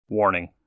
Warning